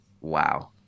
Wow